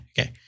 okay